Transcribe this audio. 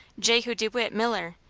jehu dewitt miller,